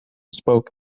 spoke